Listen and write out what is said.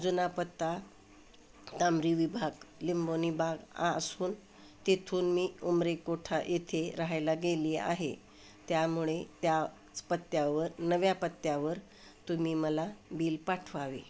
जुना पत्ता तांबरी विभाग लिंबोणी बाग हा असून तिथून मी उंबरे कोठा येथे राहायला गेली आहे त्यामुळे त्या पत्त्यावर नव्या पत्त्यावर तुम्ही मला बिल पाठवावे